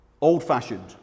old-fashioned